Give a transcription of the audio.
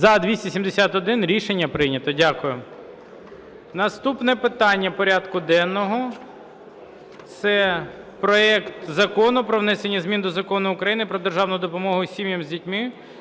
За-271 Рішення прийнято. Дякую. Наступне питання порядку денного – це проект Закону про внесення змін до Закону України "Про державну допомогу сім'ям з дітьми"